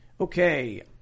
Okay